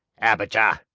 abijah!